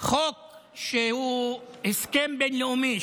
חוק על הסכם בין-לאומי,